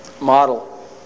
model